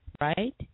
right